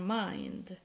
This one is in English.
mind